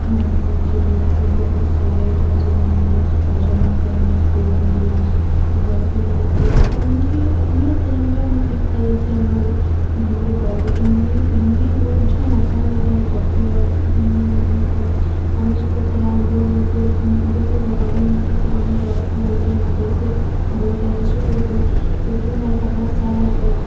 ہاں مجھے بہت سارے زبان میں ترجمہ کرنے کو ملا مطلب میں نے کیا اور مجھے میرا تجربہ بھی ٹھیک تھا جیسے ہم لوگ ہندی پڑھتے تو ہندی ہندی ورڈ جو ہے نا بہت زیادہ پیور ہندی میں ہوتا ہے ہم اس کو تھوڑا ہم لوگ جس جیسے زبان جیسے عام طور پہ بولتے ہیں ویسے بولتے ہیں جیسے اردو اردو میں ایسا بہت سارا